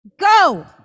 go